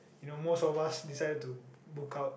you know most of us decided to book out